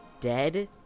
dead